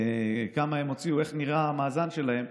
כמה הם הוציאו, איך נראה המאזן שלהם,